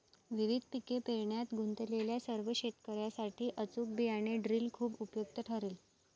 विविध पिके पेरण्यात गुंतलेल्या सर्व शेतकर्यांसाठी अचूक बियाणे ड्रिल खूप उपयुक्त ठरेल